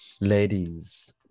Ladies